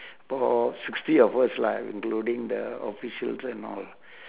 about sixty of us lah including the officials and all